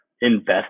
invest